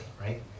right